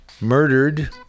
murdered